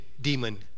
demon